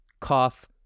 cough